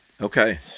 Okay